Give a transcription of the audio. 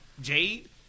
Jade